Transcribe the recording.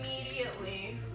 immediately